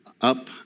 up